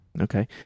Okay